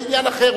זה עניין אחר.